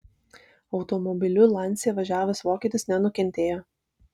automobiliu lancia važiavęs vokietis nenukentėjo